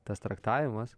tas traktavimas